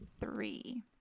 three